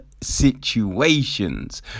situations